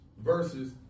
Versus